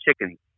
chickens